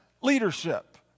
leadership